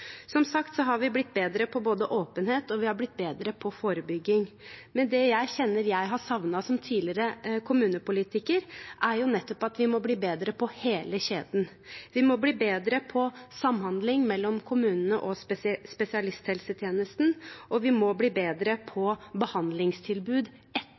Som sagt har vi blitt bedre på åpenhet, og vi har blitt bedre på forebygging. Men det jeg som tidligere kommunepolitiker kjenner jeg har savnet, er at vi må bli bedre på hele kjeden. Vi må bli bedre på samhandling mellom kommunene og spesialisthelsetjenesten, og vi må bli bedre